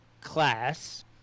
class